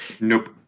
Nope